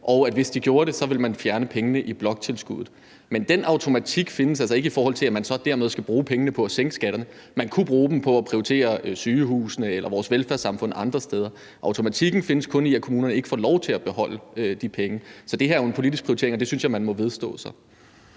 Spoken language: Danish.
hvis de gjorde det, så ville fjerne pengene i bloktilskuddet. Men der findes altså ikke den automatik, at man dermed skal bruge penge på at sænke skatterne. Man kunne bruge dem på at prioritere sygehusene eller vores velfærdssamfund andre steder. Der findes kun den automatik, at kommunerne ikke får lov til at beholde de penge, så det her er jo en politisk prioritering, og det synes jeg man må vedstå.